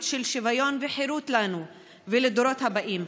של שוויון וחירות לנו ולדורות הבאים.